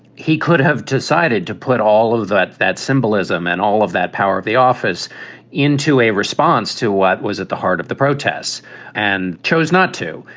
he could have decided to put all of that that symbolism and all of that power of the office into a response response to what was at the heart of the protests and chose not to,